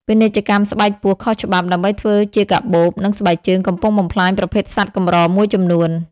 ពាណិជ្ជកម្មស្បែកពស់ខុសច្បាប់ ដើម្បីធ្វើជាកាបូប និងស្បែកជើង កំពុងបំផ្លាញប្រភេទសត្វកម្រមួយចំនួន។